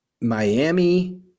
Miami